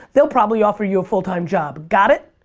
they'll probably offer you a full-time job. got it?